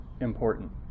important